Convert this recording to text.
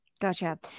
Gotcha